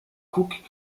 cook